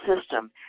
system